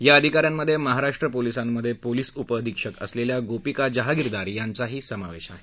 या अधिका यांमधे महाराष्ट्र पोलिसामधे पोलिस उपअधिक्षक असलेल्या गोपिका जहागिरदार यांचा समावेश आहे